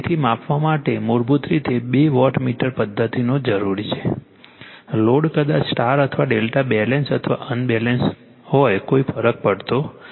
તેથી માપવા માટે મૂળભૂત રીતે બે વોટમીટર પદ્ધતિની જરૂર છે લોડ કદાચ સ્ટાર અથવા ડેલ્ટા બેલેન્સ અથવા અનબેલેન્સ હોય કોઈ ફરક પડતો નથી